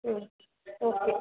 ಹ್ಞೂ ಓಕೆ